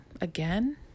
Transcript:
again